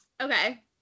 Okay